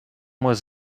was